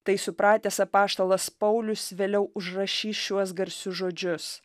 tai supratęs apaštalas paulius vėliau užrašys šiuos garsius žodžius